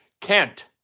Kent